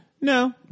No